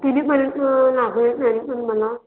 कितीपर्यंत लागेल तरी पण मला